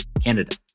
Canada